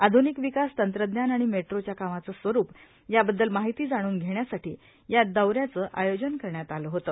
आधुनिक विकास तंत्रज्ञान आणि मेट्रोच्या कामाचं स्वरूप याबद्दल माहिती जाणूल घेण्यासाठी या दौऱ्याचं आयोजन करण्यात आलं होतं